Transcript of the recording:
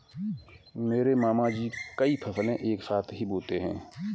मेरे मामा जी कई फसलें एक साथ ही बोते है